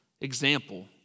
example